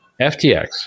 FTX